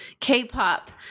k-pop